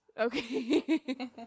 Okay